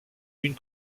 une